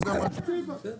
רגע,